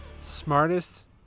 smartest